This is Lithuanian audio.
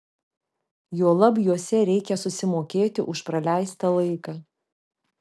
juolab juose reikia susimokėti už praleistą laiką